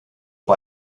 bei